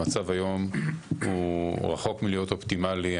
המצב היום הוא רחוק מלהיות אופטימלי.